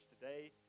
Today